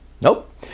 Nope